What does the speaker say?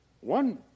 one